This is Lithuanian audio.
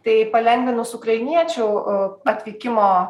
tai palengvinus ukrainiečių atvykimo